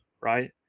right